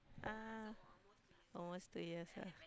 ah almost two years ah